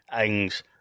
Ings